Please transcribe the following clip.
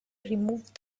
remove